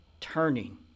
turning